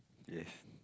yes